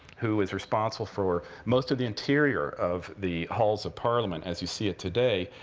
who is responsible for most of the interior of the halls of parliament, as you see it today.